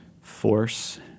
force